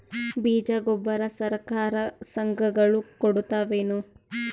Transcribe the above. ಬೀಜ ಗೊಬ್ಬರ ಸರಕಾರ, ಸಂಘ ಗಳು ಕೊಡುತಾವೇನು?